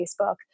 Facebook